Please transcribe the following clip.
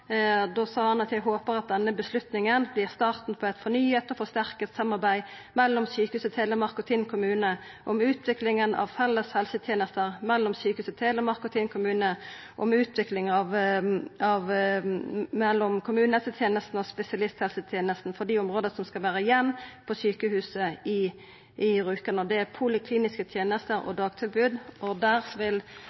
Da sa han: «Jeg håper også at denne beslutningen blir starten på et fornyet og forsterket samarbeid mellom Sykehuset Telemark og Tinn kommune om utviklingen av felles helsetjenester mellom Sykehuset Telemark og Tinn kommune om utviklingen av felles helsetjenester mellom kommunehelsetjenesten og spesialisthelsetjenesten for de av områdene som skal være igjen på sykehuset i Rjukan. Det er polikliniske tjenester og dagtilbud, og der